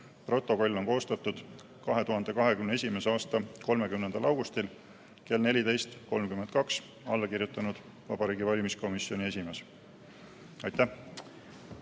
Protokoll on koostatud 2021. aasta 30. augustil kell 14.32, alla on kirjutanud Vabariigi Valimiskomisjoni esimees. Aitäh!